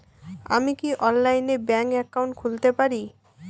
আমি কি অনলাইনে ব্যাংক একাউন্ট খুলতে পারি?